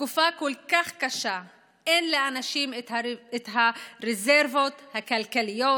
בתקופה כל כך קשה אין לאנשים את הרזרבות הכלכליות